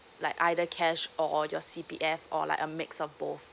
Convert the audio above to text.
like either cash or your C P F or like a mix of both